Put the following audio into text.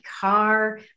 car